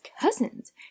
cousins